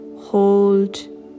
hold